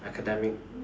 academic